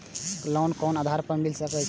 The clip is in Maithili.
लोन कोन आधार पर मिल सके छे?